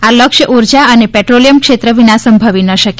આ લક્ષ્ય ઉર્જા અને પેટ્રોલિયમ ક્ષેત્ર વિના સંભવી ન શકે